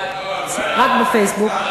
רק בפייסבוק.